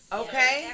okay